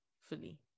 fully